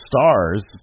stars